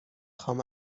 خوام